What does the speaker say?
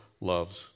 loves